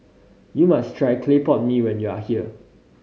you must try clay pot mee when you are here